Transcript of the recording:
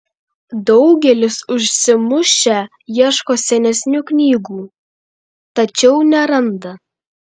daugelis užsimušę ieško senesnių knygų tačiau neranda